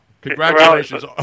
Congratulations